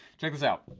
check this out,